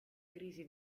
crisi